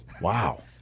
wow